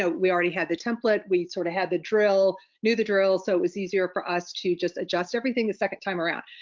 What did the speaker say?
ah we already had the template, we sort of had the drill knew the drill. so it was easier for us to just adjust everything the second time around.